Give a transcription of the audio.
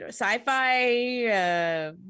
sci-fi